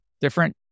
different